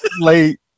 late